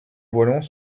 wallons